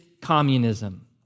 communism